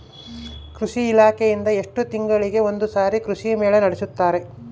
ಕೃಷಿ ಇಲಾಖೆಯಿಂದ ಎಷ್ಟು ತಿಂಗಳಿಗೆ ಒಂದುಸಾರಿ ಕೃಷಿ ಮೇಳ ನಡೆಸುತ್ತಾರೆ?